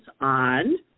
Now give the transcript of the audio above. on